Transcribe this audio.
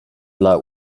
dla